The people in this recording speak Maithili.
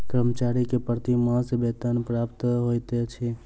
कर्मचारी के प्रति मास वेतन प्राप्त होइत अछि